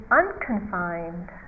unconfined